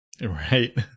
Right